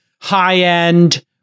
high-end